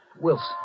Wilson